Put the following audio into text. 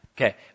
Okay